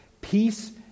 Peace